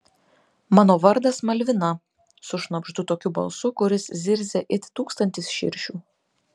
mano vardas malvina sušnabždu tokiu balsu kuris zirzia it tūkstantis širšių